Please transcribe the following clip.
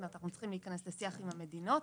אנחנו צריכים להיכנס לשיח עם המדינות.